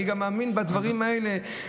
אני גם מאמין בדברים האלה,